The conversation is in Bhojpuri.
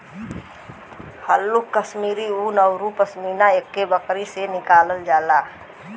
हल्लुक कश्मीरी उन औरु पसमिना एक्के बकरी से निकालल जाला